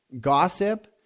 gossip